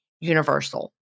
universal